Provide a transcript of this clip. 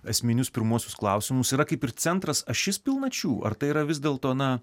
esminius pirmuosius klausimus yra kaip ir centras ašis pilnačių ar tai yra vis dėlto na